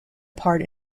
part